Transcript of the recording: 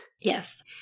Yes